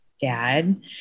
dad